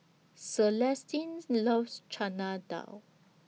Celestine's loves Chana Dal